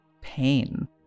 pain